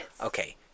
Okay